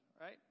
right